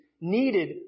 needed